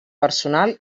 personal